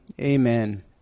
amen